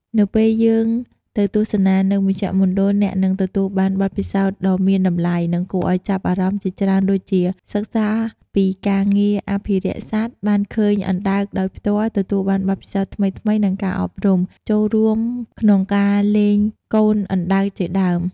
នៅពេលយើងទៅទស្សនានៅមជ្ឈមណ្ឌលអ្នកនឹងទទួលបានបទពិសោធន៍ដ៏មានតម្លៃ និងគួរឱ្យចាប់អារម្មណ៍ជាច្រើនដូចជា សិក្សាពីការងារអភិរក្សសត្វ បានឃើញអណ្ដើកដោយផ្ទាល់ ទទួលបានបទពិសោធន៍ថ្មីៗនឹងការអប់រំ ចូលរួមក្នុងការលែងកូនអណ្ដើកជាដើម ។